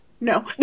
No